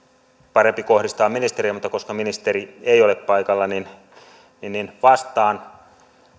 parempi kohdistaa ministerille mutta koska ministeri ei ole paikalla niin niin vastaan